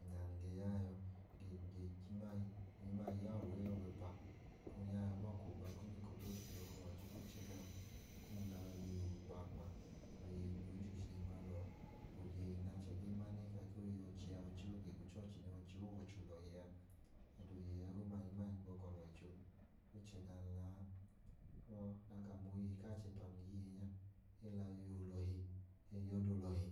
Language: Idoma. Ọda num ge ya a yọọ. Ng humaa ya ọus ee ọwẹ ẹpa kum ya a ya bọọ a. Ọkọ-oogba kum eko doodu wẹ ka kum la kpaakpa, oyeyi noo ge je ojilima lẹ ọọ. Oyeyi nẹ ọchẹ gee ma nẹ e ge ka ka ọọ ge ga ichọọchi a ka ọọ ge la kpaakpa. Ẹdọ oyeyi ẹgoma num humaa gbọkọ lẹ ọwọicho koo chẹ gam la a. Ọdanka a ma oyeyi ku acẹ ẹpa num hi nya, e ge la oyeyi olọhi, ge ya ọa olọhi.